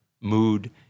mood